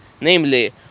namely